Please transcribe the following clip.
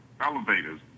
elevators